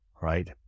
right